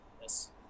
Yes